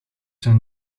zijn